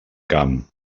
camp